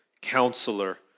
Counselor